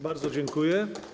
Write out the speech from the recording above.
Bardzo dziękuję.